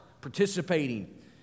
participating